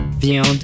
Viande